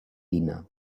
dina